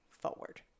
forward